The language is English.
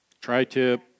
tri-tip